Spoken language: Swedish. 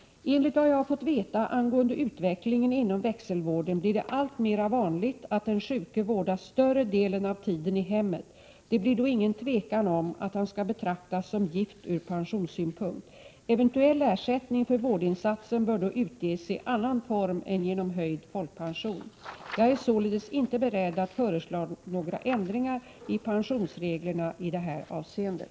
Enligt vad jag har fått veta angående utvecklingen inom växelvården blir det alltmera vanligt att den sjuke vårdas större delen av tiden i hemmet. Det blir då ingen tvekan om att han skall betraktas som gift ur pensionssynpunkt. Eventuell ersättning för vårdinstansen bör då utges i annan form än genom höjd folkpension. Jag är således inte beredd att föreslå några ändringar i pensionsreglerna i det här avseendet.